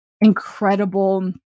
incredible